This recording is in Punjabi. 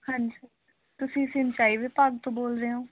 ਹਾਂਜੀ ਤੁਸੀਂ ਸੰਚਾਈ ਵਿਭਾਗ ਤੋਂ ਬੋਲ ਰਹੇ ਹੋ